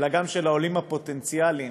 אלא גם לעולים הפוטנציאליים